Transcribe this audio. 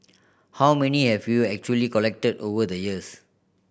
how many have you actually collected over the years